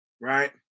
right